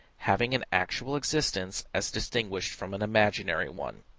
having an actual existence, as distinguished from an imaginary one.